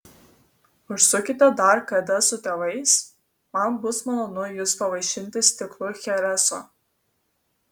užsukite dar kada su tėvais man bus malonu jus pavaišinti stiklu chereso